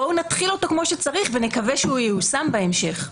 בואו נתחיל אותו כמו שצריך ונקווה שייושם בהמשך.